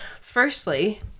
Firstly